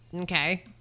Okay